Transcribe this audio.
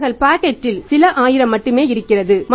அவர்கள் பாக்கெட்டில் சில ஆயிரம் மட்டுமே இருக்கிறது